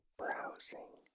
browsing